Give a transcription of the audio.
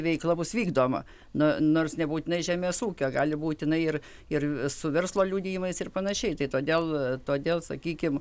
veikla bus vykdoma na nors nebūtinai žemės ūkio gali būt jinai ir ir su verslo liudijimais ir panašiai tai todėl todėl sakykim